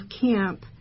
camp